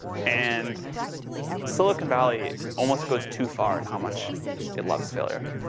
and silicon valley almost goes too far in how much it loves failure.